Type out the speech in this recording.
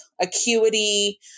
Acuity